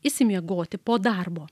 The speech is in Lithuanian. išsimiegoti po darbo